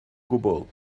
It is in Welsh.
gwbl